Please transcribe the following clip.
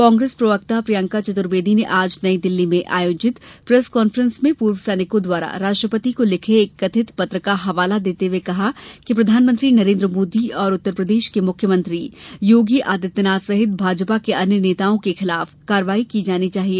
कांग्रेस प्रवक्ता प्रियंका चतुर्वेदी ने आज नई दिल्ली में आयोजित प्रेस कांफ्रेंस में पूर्व सैनिकों द्वारा राष्ट्रपति को लिखे एक कथित पत्र का हवाला देते हुए कहा कि प्रधानमंत्री नरेंद्र मोदी और उत्तर प्रदेश के मुख्यमंत्री योगी आदित्यनाथ सहित भाजपा के अन्य नेताओं के खिलाफ कार्रवाई की जानी चाहिए